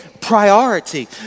priority